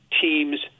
teams